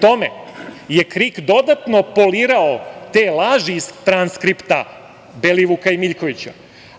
tome je KRIK dodatno polirao te laži iz transkripta Belivuka i Miljkovića,